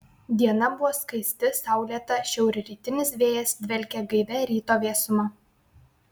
diena buvo skaisti saulėta šiaurrytinis vėjas dvelkė gaivia ryto vėsuma